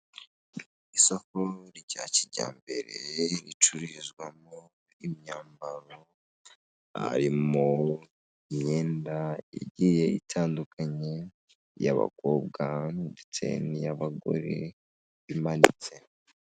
Isoko rya kijyambere ricururizwamo imyambaro, harimo imyenda igiye itandukanye, iy'abakobwa ndetse n'iy'abagore, imanitse.